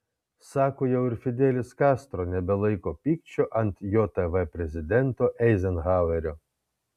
sako jau ir fidelis kastro nebelaiko pykčio ant jav prezidento eizenhauerio